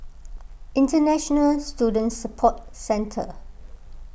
International Student Support Centre